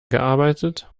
gearbeitet